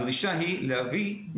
הדרישה היא להביא,